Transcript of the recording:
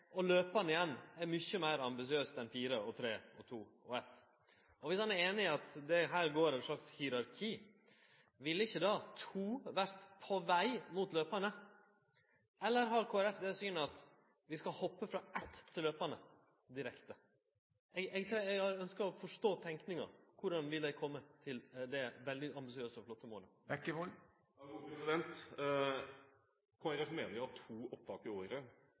og løpande igjen er mykje meir ambisiøst enn fire og tre og to og eitt? Dersom han er einig i at det her går eit slags hierarki, ville ikkje då to vert på veg mot løpande? Eller har Kristeleg Folkeparti det synet at vi skal hoppe frå eitt til løpande direkte? Eg ønskjer å forstå tenkinga om korleis dei vil kome til det veldig ambisiøse og flotte målet. Kristelig Folkeparti mener at to opptak i året